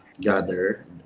gather